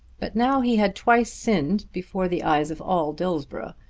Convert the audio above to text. but now he had twice sinned before the eyes of all dillsborough,